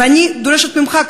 ואני דורשת ממך,